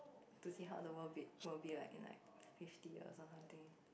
to see how the world be would be would be like in like fifty year or something